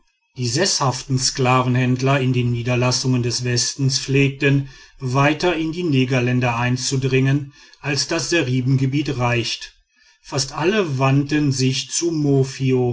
die seßhaften sklavenhändler in den niederlassungen des westens pflegten weiter in die negerländer einzudringen als das seribengebiet reicht fast alle wandten sich zu mofio